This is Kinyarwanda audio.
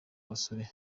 abasore